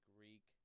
Greek